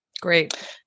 Great